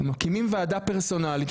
מקימים ועדה פרסונלית,